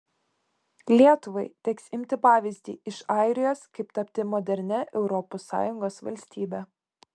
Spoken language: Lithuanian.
lietuvai teks imti pavyzdį iš airijos kaip tapti modernia europos sąjungos valstybe